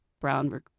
brown